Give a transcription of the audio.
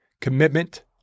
commitment